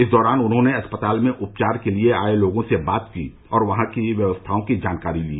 इस दौरान उन्होंने अस्पताल में उपचार के लिए आए लोगों से बात की और वहां की व्यवस्थाओं की जानकारी ली